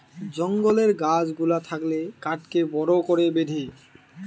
জঙ্গলের গাছ গুলা থাকলে কাঠকে বড় করে বেঁধে